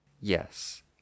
Yes